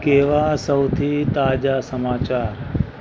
કેવાં સૌથી તાજા સમાચાર